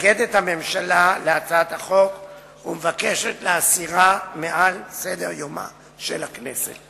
הממשלה מתנגדת להצעת החוק ומבקשת להסירה מעל סדר-יומה של הכנסת.